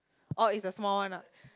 oh is the small one lah